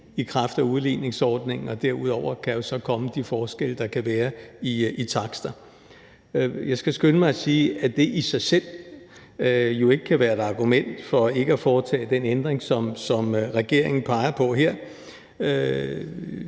i kraft af udligningsordningen, og derudover kan der så komme de forskelle, der kan være i takster. Jeg skal skynde mig at sige, at det i sig selv jo ikke kan være et argument for ikke at foretage den ændring, som regeringen peger på her.